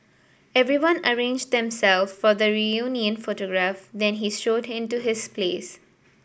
everyone arranged them self for the reunion photograph then he strode in to his place